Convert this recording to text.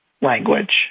language